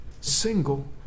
single